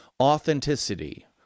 authenticity